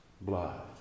blood